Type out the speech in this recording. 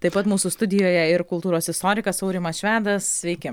taip pat mūsų studijoje ir kultūros istorikas aurimas švedas sveiki